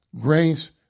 Grace